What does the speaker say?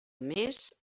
més